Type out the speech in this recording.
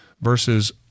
versus